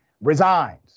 resigns